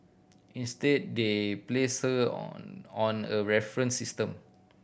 instead they placed her on on a reference system